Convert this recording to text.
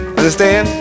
understand